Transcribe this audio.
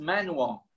Manual